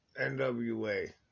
NWA